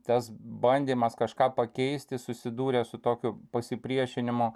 tas bandymas kažką pakeisti susidūrė su tokiu pasipriešinimu